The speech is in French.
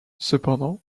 cependant